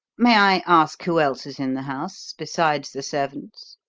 may i ask who else is in the house besides the servants?